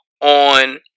on